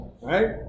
Right